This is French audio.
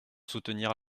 soutenir